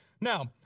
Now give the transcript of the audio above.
Now